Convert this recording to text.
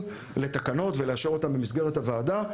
לתקנות ולאשר אותם במסגרת הוועדה.